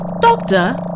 Doctor